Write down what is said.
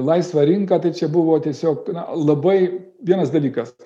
laisvą rinką tai čia buvo tiesiog labai vienas dalykas